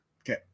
Okay